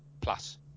plus